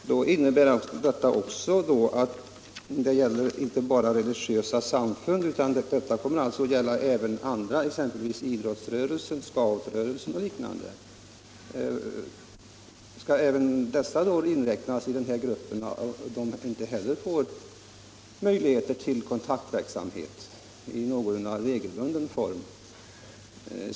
Herr talman! Då innebär väl detta också att inte bara de religiösa samfunden utan även andra organisationer, t.ex. idrottsrörelsen och scoutrörelsen, skall inräknas i den grupp som inte får möjligheter till kontaktverksamhet i någorlunda regelbunden form.